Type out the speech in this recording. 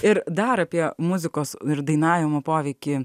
ir dar apie muzikos ir dainavimo poveikį